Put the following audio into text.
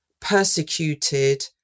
persecuted